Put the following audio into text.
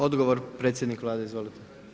Odgovor, predsjednik Vlade, izvolite.